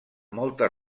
moltes